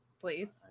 please